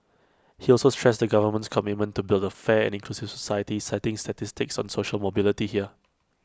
he also stressed the government's commitment to build A fair and inclusive society citing statistics on social mobility here